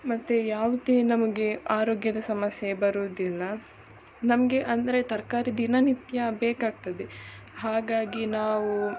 ಮತ್ತೆ ಯಾವುದೇ ನಮಗೆ ಆರೋಗ್ಯದ ಸಮಸ್ಯೆ ಬರುವುದಿಲ್ಲ ನಮಗೆ ಅಂದರೆ ತರಕಾರಿ ದಿನನಿತ್ಯ ಬೇಕಾಗ್ತದೆ ಹಾಗಾಗಿ ನಾವು